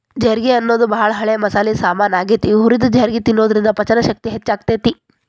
ಜೇರ್ಗಿ ಅನ್ನೋದು ಬಾಳ ಹಳೆ ಮಸಾಲಿ ಸಾಮಾನ್ ಆಗೇತಿ, ಹುರಿದ ಜೇರ್ಗಿ ತಿನ್ನೋದ್ರಿಂದ ಪಚನಶಕ್ತಿ ಹೆಚ್ಚಾಗ್ತೇತಿ